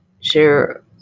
share